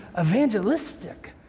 evangelistic